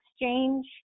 exchange